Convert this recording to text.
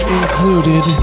included